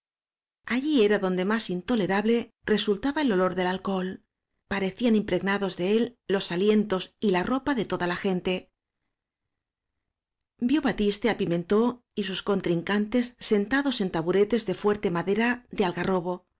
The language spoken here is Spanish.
allí era donde más'intolerable resultad ba el olor del alcohol parecían impregnados de él los alientos y la ropa de toda la gente vió batiste á pimentb y sus contrincantes sentados en taburetes de fuerte madera de